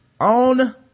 on